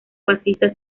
fascista